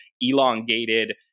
elongated